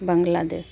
Bangladesh